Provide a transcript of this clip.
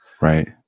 right